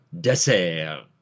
Dessert